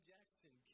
Jackson